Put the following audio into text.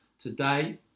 today